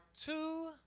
two